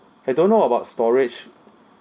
I don't know about storage